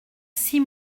six